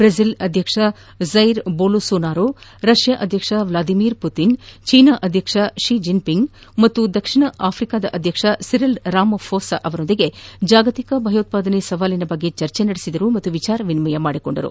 Brazil ಅಧ್ವಕ್ಷ Jair Bolsonaro Russia ಅಧ್ವಕ್ಷ Vladimir Putin China ಅಧ್ಯಕ್ಷ ಕ್ಲಿ ಜನ್ ಪಿಂಗ್ ಮತ್ತು ದಕ್ಷಿಣ ಆಫ್ರಿಕಾ ಅಧ್ಯಕ್ಷ ಸಿರಿಲ್ ರಾಮಾಘೋಸ ಅವರೊಂದಿಗೆ ಜಾಗತಿಕ ಭಯೋತ್ಪಾದನೆ ಸವಾಲಿನ ಕುರಿತಂತೆ ಚರ್ಚಿಸಿದರು ಮತ್ತು ವಿಚಾರ ವಿನಿಮಯ ಮಾಡಿಕೊಂಡರು